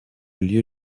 lieu